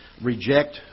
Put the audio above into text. reject